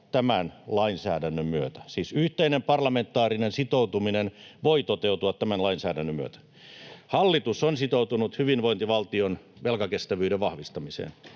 tämän lainsäädännön myötä. Siis yhteinen parlamentaarinen sitoutuminen voi toteutua tämän lainsäädännön myötä. Hallitus on sitoutunut hyvinvointivaltion velkakestävyyden varmistamiseen.